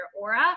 aura